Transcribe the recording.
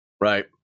right